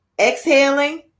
exhaling